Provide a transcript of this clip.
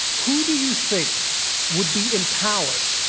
who do you think would be empowered?